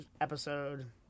episode